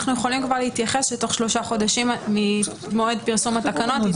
אנחנו יכולים כבר להתייחס בתוך שלושה חודשים ממועד פרסום התקנות.